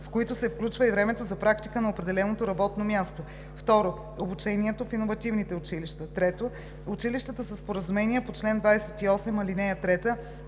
в които се включва и времето за практика на определеното работно място; 2. обучението в иновативните училища; 3. училищата със споразумение по чл. 28, ал. 3,